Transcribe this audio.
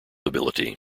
ability